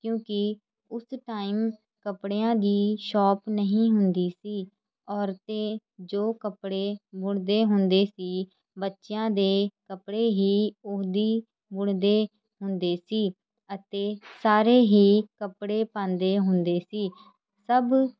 ਕਿਉਂਕੀ ਉਸ ਟਾਈਮ ਕੱਪੜਿਆਂ ਦੀ ਸ਼ੋਪ ਨਹੀਂ ਹੁੰਦੀ ਸੀ ਔਰਤੇ ਜੋ ਕੱਪੜੇ ਬੁਣਦੇ ਹੁੰਦੇ ਸੀ ਬੱਚਿਆਂ ਦੇ ਕੱਪੜੇ ਹੀ ਉਹਦੀ ਬੁਣਦੇ ਹੁੰਦੇ ਸੀ ਅਤੇ ਸਾਰੇ ਹੀ ਕੱਪੜੇ ਪਾਉਂਦੇ ਹੁੰਦੇ ਸੀ ਸਭ